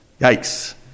Yikes